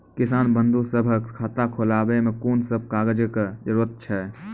किसान बंधु सभहक खाता खोलाबै मे कून सभ कागजक जरूरत छै?